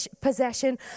possession